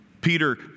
Peter